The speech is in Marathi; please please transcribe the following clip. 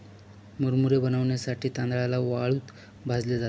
मुरमुरे बनविण्यासाठी तांदळाला वाळूत भाजले जाते